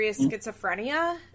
schizophrenia